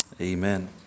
Amen